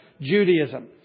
Judaism